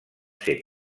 ser